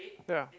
ya